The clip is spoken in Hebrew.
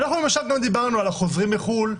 אנחנו למשל כבר דיברנו על החוזרים מחו"ל,